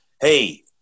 Hey